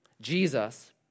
Jesus